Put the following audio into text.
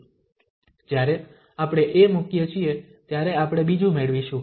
જ્યારે આપણે a મૂકીએ છીએ ત્યારે આપણે બીજું મેળવીશું